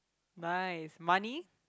nice money